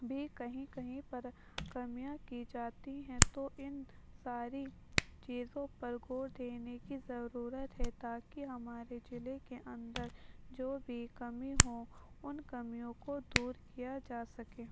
بھی کہیں کہیں پر کمیاں کی جاتی ہیں تو ان ساری چیزوں پر غور دینے کی ضرورت ہے تا کہ ہمارے ضلع کے اندر جو بھی کمی ہوں ان کمیوں کو دور کیا جا سکے